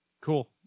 Cool